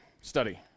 study